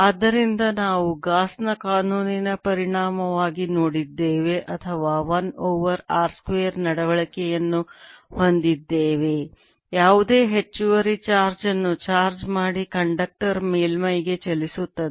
ಆದ್ದರಿಂದ ನಾವು ಗಾಸ್ ನ ಕಾನೂನಿನ ಪರಿಣಾಮವಾಗಿ ನೋಡಿದ್ದೇವೆ ಅಥವಾ 1 ಓವರ್ r ಸ್ಕ್ವೇರ್ ನಡವಳಿಕೆಯನ್ನು ಹೊಂದಿದ್ದೇವೆ ಯಾವುದೇ ಹೆಚ್ಚುವರಿ ಚಾರ್ಜ್ ಅನ್ನು ಚಾರ್ಜ್ ಮಾಡಿ ಕಂಡಕ್ಟರ್ ಮೇಲ್ಮೈಗೆ ಚಲಿಸುತ್ತದೆ